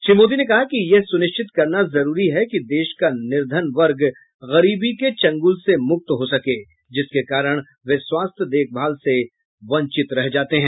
श्री मोदी ने कहा कि यह सुनिश्चित करना जरूरी है कि देश का निर्धन वर्ग गरीबी के चंगुल से मुक्त हो सके जिसके कारण वे स्वास्थ्य देखभाल से वंचित रह जाते हैं